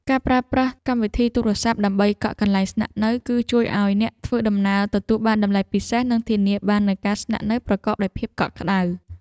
ការប្រើប្រាស់កម្មវិធីទូរសព្ទដើម្បីកក់កន្លែងស្នាក់នៅ គឺ ជួយឱ្យអ្នកធ្វើដំណើរទទួលបានតម្លៃពិសេស និង ធានាបាននូវការស្នាក់នៅប្រកបដោយភាពកក់ក្ដៅ។